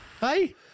hey